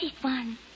one